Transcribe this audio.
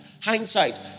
hindsight